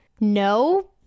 No